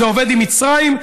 זה עובד עם מצרים,